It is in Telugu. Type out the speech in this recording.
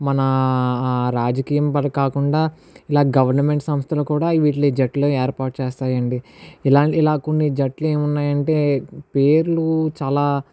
మన రాజకీయం బరి కాకుండా ఇలా గవర్నమెంట్ సంస్థలు కూడా ఇవి జట్టులో ఏర్పాటు చేస్తాయి అండి ఇలా ఇలా కొన్ని జట్లు ఏమున్నాయి అంటే పేర్లు చాలా